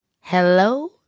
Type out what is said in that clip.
Hello